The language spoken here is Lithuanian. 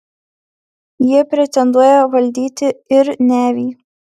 jie pretenduoja valdyti ir nevį